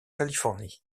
californie